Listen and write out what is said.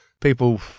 People